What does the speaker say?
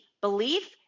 belief